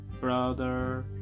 brother